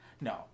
No